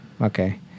Okay